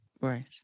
right